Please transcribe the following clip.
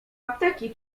apteki